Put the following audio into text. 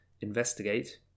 investigate